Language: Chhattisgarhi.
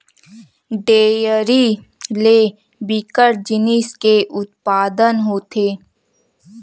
डेयरी ले बिकट जिनिस के उत्पादन होथे